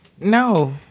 No